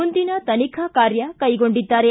ಮುಂದಿನ ತನಿಖಾ ಕಾರ್ಯಕೈಗೊಂಡಿದ್ದಾರೆ